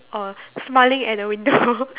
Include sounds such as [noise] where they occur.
uh smiling at the window [laughs]